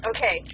Okay